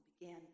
began